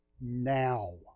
Now